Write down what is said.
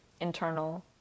internal